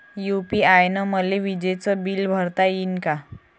UPI न मले विजेचं बिल भरता यीन का?